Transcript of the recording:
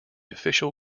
official